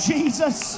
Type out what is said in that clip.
Jesus